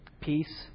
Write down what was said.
Peace